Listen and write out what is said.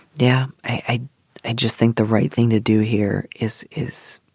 yeah, i i just think the right thing to do here is, is.